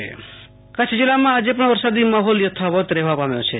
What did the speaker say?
આશુ તોષ અંતાણી કચ્છ વરસાદ કચ્છ જીલ્લામાં આજે પણ વરસાદી માહોલ યથાવત રહેવા પામ્યો છે